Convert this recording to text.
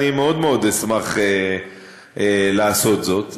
אני מאוד מאוד אשמח לעשות זאת.